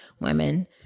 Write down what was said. women